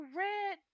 red